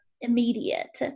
immediate